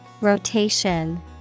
Rotation